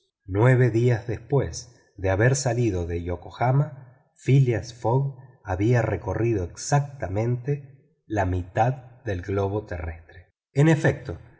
nueve días después de haber salido de yokohama phileas fogg había recorrido exactamente la mitad del globo terrestre en efecto